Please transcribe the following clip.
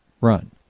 run